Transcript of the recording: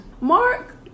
mark